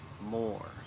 more